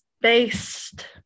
based